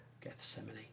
Gethsemane